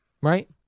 right